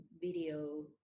video